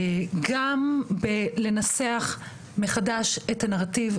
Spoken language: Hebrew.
גם בלנסח מחדש את הנרטיב,